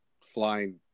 flying